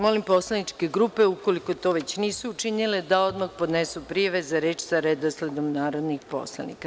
Molim poslaničke grupe ukoliko to već nisu učinile da odmah podnesu prijave za reč sa redosledom narodnih poslanika.